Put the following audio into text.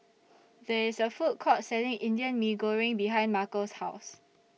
There IS A Food Court Selling Indian Mee Goreng behind Markel's House